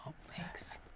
Thanks